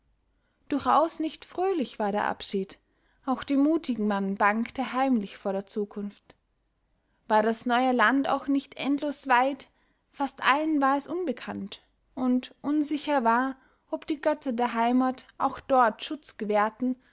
durchaus nicht fröhlich war der abschied auch dem mutigen mann bangte heimlich vor der zukunft war das neue land auch nicht endlos weit fast allen war es unbekannt und unsicher war ob die götter der heimat auch dort schutz gewährten